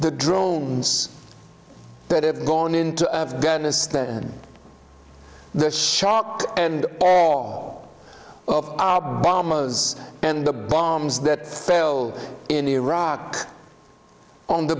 the drones that have gone into afghanistan the shock and awe of our bombers and the bombs that fell in iraq on the